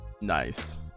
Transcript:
Nice